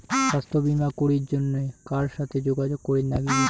স্বাস্থ্য বিমা করির জন্যে কার সাথে যোগাযোগ করির নাগিবে?